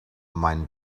meinen